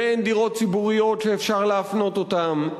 ואין דירות ציבוריות שאפשר להפנות אותן.